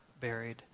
buried